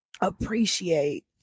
appreciate